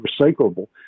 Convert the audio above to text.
recyclable